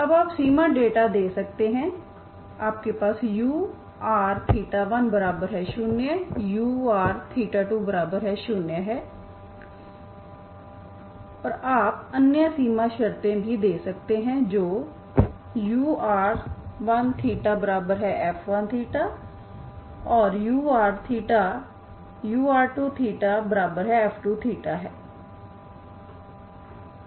अब आप सीमा डेटा दे सकते हैं आपके पास ur10 ur20 है और आप अन्य सीमा शर्तें भी दे सकते हैं जो ur1θf1θ और ur2θf2θ है